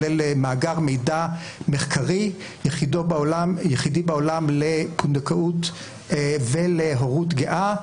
כלל מאגר מידע מחקרי יחידי בעולם לפונדקאות ולהורות גאה,